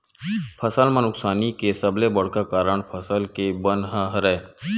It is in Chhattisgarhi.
फसल म नुकसानी के सबले बड़का कारन फसल के बन ह हरय